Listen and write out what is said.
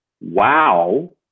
Wow